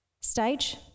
stage